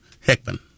Hickman